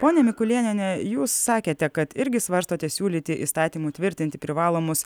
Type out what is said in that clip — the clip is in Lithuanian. ponia mikulėniene jūs sakėte kad irgi svarstote siūlyti įstatymu tvirtinti privalomus